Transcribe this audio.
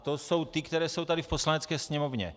To jsou ty, které jsou tady v Poslanecké sněmovně.